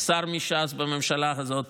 שר מש"ס בממשלה הזאת,